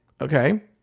okay